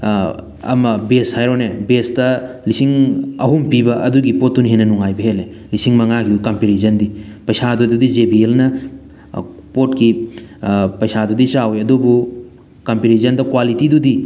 ꯑꯃ ꯕꯦꯁ ꯍꯥꯏꯔꯣꯅꯦ ꯕꯦꯁꯇ ꯂꯤꯁꯤꯡ ꯑꯍꯨꯝ ꯄꯤꯕ ꯑꯗꯨꯒꯤ ꯄꯣꯠꯇꯨꯅ ꯍꯦꯟꯅ ꯅꯨꯡꯉꯥꯏꯕ ꯍꯦꯜꯂꯦ ꯂꯤꯁꯤꯡ ꯃꯉꯥꯗꯨꯒꯤ ꯀꯝꯄꯦꯔꯤꯖꯟꯗꯤ ꯄꯩꯁꯥꯗꯨꯗꯤ ꯖꯦ ꯕꯤ ꯑꯦꯜꯅ ꯄꯣꯠꯀꯤ ꯄꯩꯁꯥꯗꯨꯗꯤ ꯆꯥꯎꯋꯤ ꯑꯗꯨꯕꯨ ꯀꯝꯄꯦꯔꯤꯖꯟꯗ ꯀ꯭ꯋꯥꯂꯤꯇꯤꯗꯨꯗꯤ